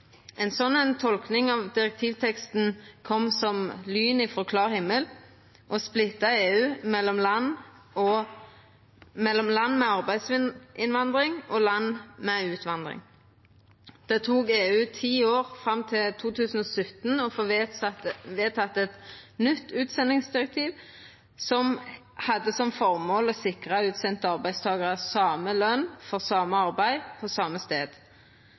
sånn tolking av direktivteksten kom som lyn frå klar himmel og splitta EU mellom land med arbeidsinnvandring og land med utvandring. Det tok EU ti år, fram til 2017, å få vedteke eit nytt utsendingsdirektiv, som hadde som formål å sikra utsende arbeidstakarar same løn for same arbeid på same stad.